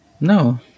No